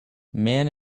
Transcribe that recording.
man